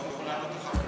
הוא אמור לעלות אחר כך.